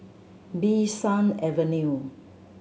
Bee San Avenue